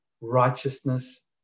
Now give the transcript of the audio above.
righteousness